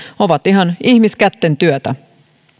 ovat ihan ihmiskätten työtä